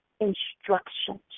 instructions